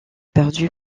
perdue